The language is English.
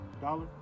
dollar